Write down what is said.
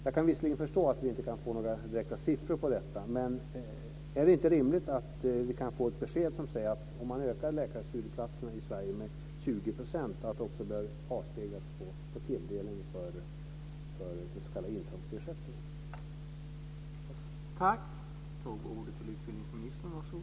Jag kan visserligen förstå att vi inte kan få några direkta siffror om detta, men är det inte rimligt att vi kan få ett besked som säger att om man ökar läkarstudieplatserna i Sverige med 20 % bör det också avspeglas i tilldelningen för den s.k. intrångsersättningen?